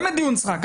באמת דיון סרק.